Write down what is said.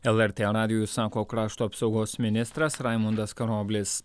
lrt radijui sako krašto apsaugos ministras raimundas karoblis